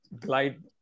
glide